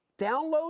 download